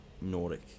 Nordic